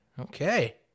Okay